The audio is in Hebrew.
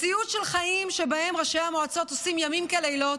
מציאות של חיים שבהם ראשי המועצות עושים ימים ולילות,